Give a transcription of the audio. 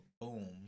Boom